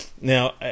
Now